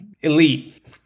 elite